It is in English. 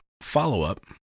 follow-up